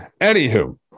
Anywho